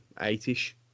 eight-ish